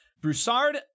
Broussard